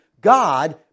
God